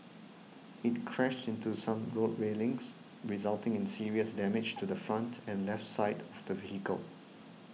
it crashed into some road railings resulting in serious damage to the front and left side of the vehicle